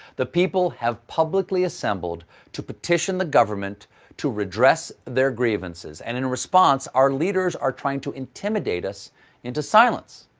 the people have publicly assembled to petition the government to redress their grievances, and in response, our leaders are trying to intimidate us into silence.